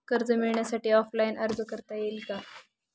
कर्ज मिळण्यासाठी ऑफलाईन अर्ज करता येईल का?